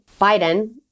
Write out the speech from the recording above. Biden